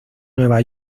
nueva